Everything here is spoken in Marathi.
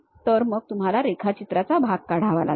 तर मग तुम्हाला रेखाचित्राचा भाग काढावा लागेल